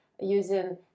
using